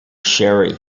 sherry